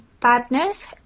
partners